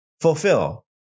fulfill